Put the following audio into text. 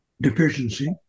deficiency